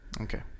okay